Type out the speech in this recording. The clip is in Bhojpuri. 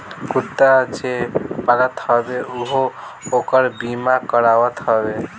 कुत्ता जे पालत हवे उहो ओकर बीमा करावत हवे